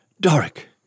Doric